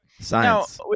Science